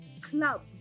club